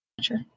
Sure